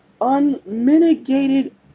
unmitigated